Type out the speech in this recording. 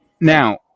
now